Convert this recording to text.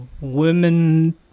women